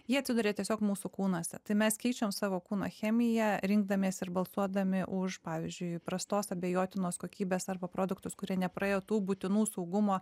jie atsiduria tiesiog mūsų kūnuose tai mes keičiam savo kūno chemiją rinkdamiesi ir balsuodami už pavyzdžiui prastos abejotinos kokybės arba produktus kurie nepraėjo tų būtinų saugumo